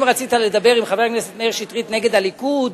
אם רצית לדבר עם חבר הכנסת מאיר שטרית נגד הליכוד,